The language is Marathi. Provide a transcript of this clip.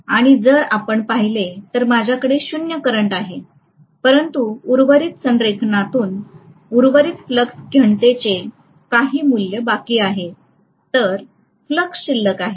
आणि जर आपण पाहिले तर माझ्याकडे शून्य करंट आहे परंतु उर्वरित संरेखनातून उर्वरित फ्लक्स घनतेचे काही मूल्य बाकी आहे तर फ्लक्स शिल्लक आहे